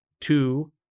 two